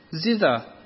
zither